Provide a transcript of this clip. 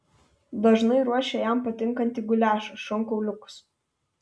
dažnai ruošia jam patinkantį guliašą šonkauliukus